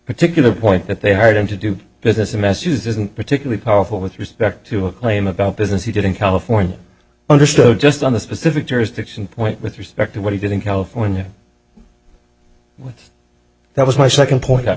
particular point that they hired him to do business the messages isn't particularly powerful with respect to a claim about business he did in california understood just on the specific jurisdiction point with respect to what he did in california with that was my second point that